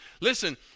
Listen